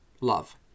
love